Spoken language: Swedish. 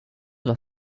vad